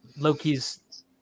Loki's